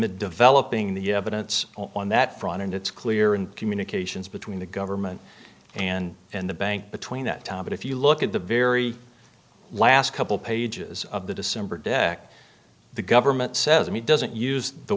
the developing the evidence on that front and it's clear and communications between the government and in the bank between that time but if you look at the very last couple pages of the december deck the government says he doesn't use the